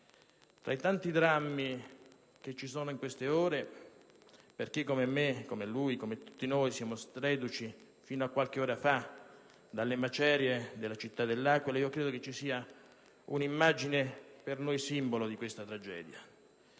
Tra i tanti drammi che ci sono in queste ore, per chi come me, come lui, come tanti di noi reduci fino a qualche ora fa dalle macerie della città dell'Aquila, credo ci sia un'immagine simbolo di questa tragedia: